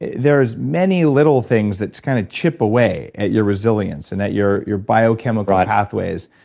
there's many little things that kind of chip away at your resilience and at your your biochemical pathways.